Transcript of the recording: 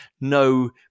no